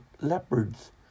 leopards